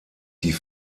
die